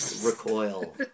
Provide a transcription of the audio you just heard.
Recoil